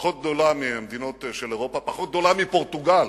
פחות גדולה ממדינות אירופה, פחות גדולה מפורטוגל,